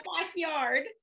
backyard